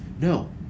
No